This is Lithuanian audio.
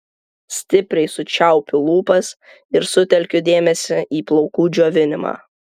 stipriai sučiaupiu lūpas ir sutelkiu dėmesį į plaukų džiovinimą